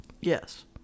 Yes